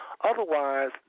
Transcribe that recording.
Otherwise